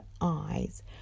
eyes